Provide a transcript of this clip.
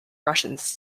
russians